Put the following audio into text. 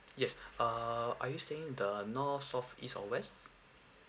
yes err are you staying in the north south east or west